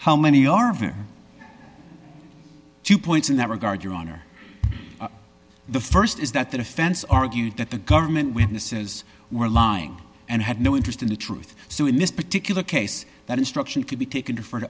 how many are very few points in that regard your honor the st is that the defense argued that the government witnesses were lying and had no interest in the truth so in this particular case that instruction could be taken for